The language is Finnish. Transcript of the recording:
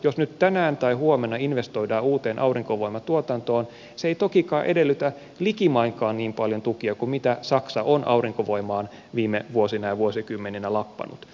jos nyt tänään tai huomenna investoidaan uuteen aurinkovoimatuotantoon se ei tokikaan edellytä likimainkaan niin paljon tukia kuin mitä saksa on aurinkovoimaan viime vuosina ja vuosikymmeninä lappanut